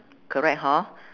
correct hor